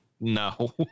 No